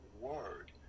word